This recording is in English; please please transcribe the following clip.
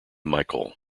michael